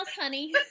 honey